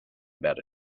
about